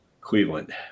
Cleveland